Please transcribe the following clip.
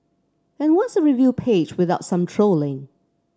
and what's a review page without some trolling